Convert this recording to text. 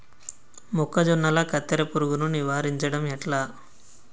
మొక్కజొన్నల కత్తెర పురుగుని నివారించడం ఎట్లా?